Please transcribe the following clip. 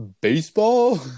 baseball